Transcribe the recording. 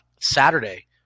saturday